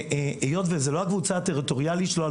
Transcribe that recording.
היות וזו לא הקבוצה הטריטוריאלית שלו על